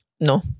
No